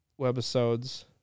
Webisodes